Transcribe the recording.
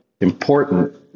important